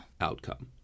outcome